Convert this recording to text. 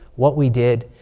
what we did.